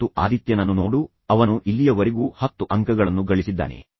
ಮತ್ತು ಆದಿತ್ಯನನ್ನು ನೋಡು ಅವನು ಇಲ್ಲಿಯವರೆಗೂ ಹತ್ತು ಅಂಕಗಳನ್ನು ಗಳಿಸಿದ್ದಾನೆ